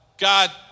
God